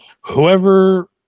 whoever